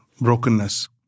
brokenness